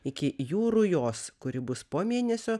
iki jų rujos kuri bus po mėnesio